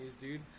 dude